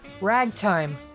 ragtime